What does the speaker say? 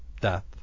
death